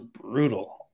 brutal